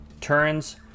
turns